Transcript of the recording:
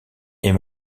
est